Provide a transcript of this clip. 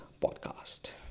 podcast